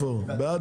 הצבעה בעד